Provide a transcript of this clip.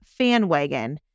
FanWagon